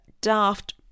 daft